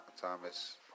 Thomas